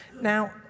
Now